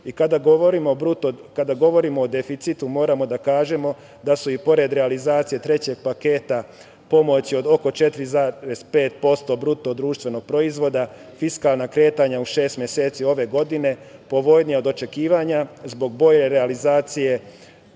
govorimo o deficitu moramo da kažemo da su i pored realizacije trećeg paketa pomoći od oko 4,5% BDP-a, fiskalna kretanja u šest meseci ove godine povoljnija od očekivanja zbog bolje realizacije